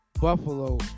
Buffalo